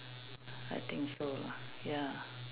I think so lah ya